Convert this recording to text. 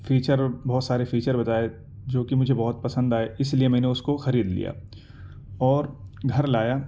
feature بہت سارے feature بتائے جو کہ مجھے بہت پسند آئے اس لیے میں نے اس کو خرید لیا اور گھر لایا